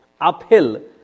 uphill